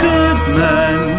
Goodman